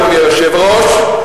אדוני היושב-ראש,